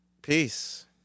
Peace